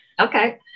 Okay